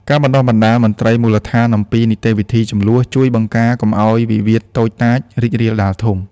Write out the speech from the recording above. ការបណ្ដុះបណ្ដាលមន្ត្រីមូលដ្ឋានអំពីនីតិវិធីជម្លោះ ជួយបង្ការកុំឱ្យវិវាទតូចតាចរីករាលដាលធំ។